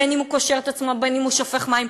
בין שהוא קושר את עצמו ובין שהוא שופך מים,